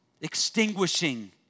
Extinguishing